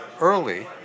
early